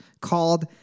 called